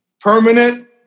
Permanent